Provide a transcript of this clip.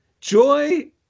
Joy